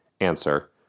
Answer